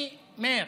מאיר,